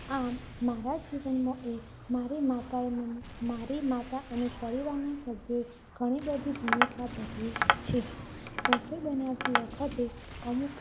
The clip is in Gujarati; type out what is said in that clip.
આમ મારા જીવનમાં એ મારી માતાએ મને મારી માતા અને પરિવારના સભ્યોએ ઘણી બધી ભૂમિકા ભજવી છે રસોઈ બનાવતી વખતે અમુક